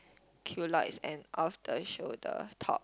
and off the shoulder top